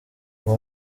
nko